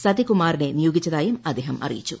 സതികുമാറിനെ നിയോഗിച്ചതായും അദ്ദേഹം അറിയിച്ചു